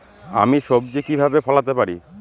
আমি সবজি কিভাবে ফলাতে পারি?